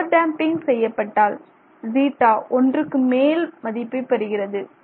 over damping செய்யப்பட்டால் சீட்டா ஒன்றுக்கு மேல் மதிப்பைப் பெறுகிறது